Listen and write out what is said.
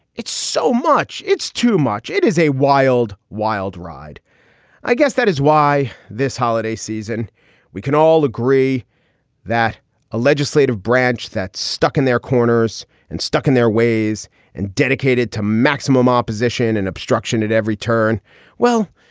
it's so much. it's too much. it is a wild, wild ride i guess that is why this holiday season we can all agree that a legislative branch that's stuck in their corners and stuck in their ways and dedicated to maximum opposition and obstruction at every turn well,